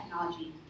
technology